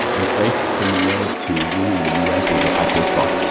that's very similar to you in the u s. with your fico score.